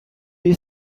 you